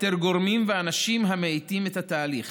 לאתר גורמים ואנשים המאיטים את התהליך,